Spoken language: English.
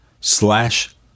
slash